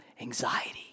Anxiety